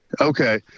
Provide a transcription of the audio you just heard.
Okay